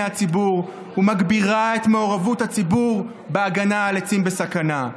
הציבור ומגבירה את מעורבות הציבור בהגנה על עצים בסכנה.